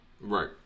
Right